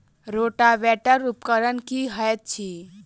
Rotavator उपकरण की हएत अछि?